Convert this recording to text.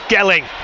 Gelling